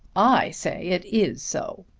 i say it is so.